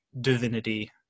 divinity